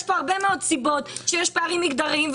יש כאן הרבה מאוד סיבות שיש פערים מגדריים.